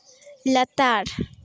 ᱞᱟᱛᱟᱨ